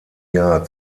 jahr